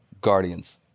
guardians